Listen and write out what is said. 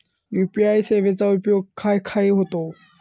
UPI सेवेचा उपयोग खाय खाय होता?